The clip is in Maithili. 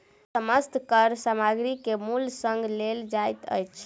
समस्त कर सामग्री के मूल्य संग लेल जाइत अछि